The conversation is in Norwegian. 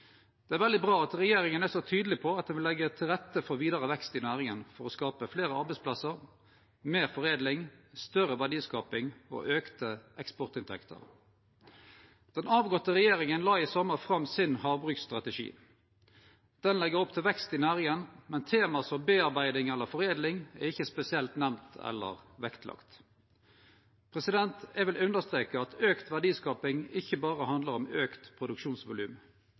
Det er veldig bra at regjeringa er så tydeleg på at dei vil leggje til rette for vidare vekst i næringa, for å skape fleire arbeidsplassar, meir foredling, større verdiskaping og auka eksportinntekter. Den avgåtte regjeringa la i sommar fram sin havbruksstrategi. Strategien legg opp til vekst i næringa, men tema som bearbeiding eller foredling er ikkje spesielt nemnde eller vektlagde. Eg vil understreke at auka verdiskaping ikkje berre handlar om auka produksjonsvolum,